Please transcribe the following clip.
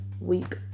week